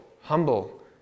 humble